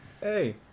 Hey